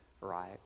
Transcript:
right